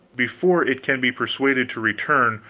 before it can be persuaded to return,